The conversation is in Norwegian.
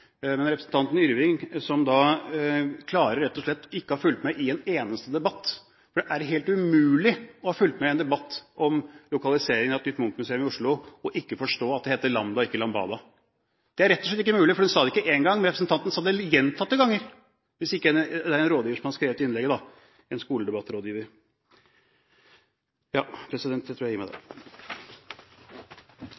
Men representanten Yrvin kan rett og slett ikke ha fulgt med i en eneste debatt. Det er helt umulig å ha fulgt med i en debatt om lokalisering av et nytt Munch-museum i Oslo og ikke ha forstått at det heter Lambda og ikke Lambada. Det er rett og slett ikke mulig. Hun sa det ikke én gang, representanten sa det gjentatte ganger. Hvis det da ikke er en rådgiver som har skrevet innlegget – en skoledebattrådgiver? Jeg tror jeg gir meg